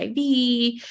HIV